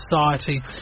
society